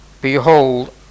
behold